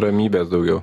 ramybės daugiau